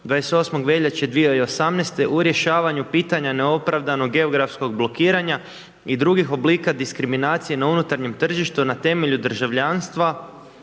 28. veljače 2018. u rješavanju pitanja neopravdanog geografskog blokiranja i drugih oblika diskriminacije na unutarnjem tržištu na temelju državljanstva,